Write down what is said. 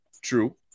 true